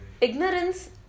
Ignorance